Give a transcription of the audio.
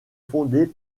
fondée